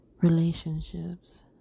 relationships